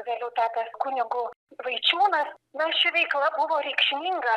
vėliau tapęs kunigu vaičiūnas na ši veikla buvo reikšminga